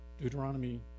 Deuteronomy